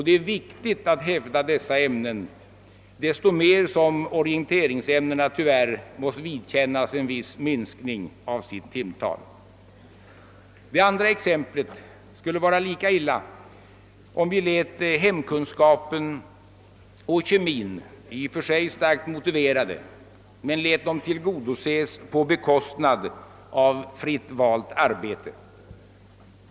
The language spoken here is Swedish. Det är viktigt ait hävda dessa ämnen, detta så mycket mer som orienteringsämnena tyvärr måste vidkännas en viss minskning av sitt timtal. Det skulle vara lika illa om vi — för att ta det andra exemplet — lät hemkunskapen och kemin, i och för sig starkt motiverade, tillgodoses på bekostnad av fritt valt arbete.